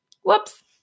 Whoops